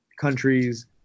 countries